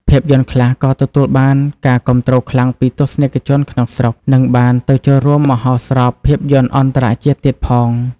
ភាពយន្តខ្លះក៏ទទួលបានការគាំទ្រខ្លាំងពីទស្សនិកជនក្នុងស្រុក និងបានទៅចូលរួមមហោស្រពភាពយន្តអន្តរជាតិទៀតផង។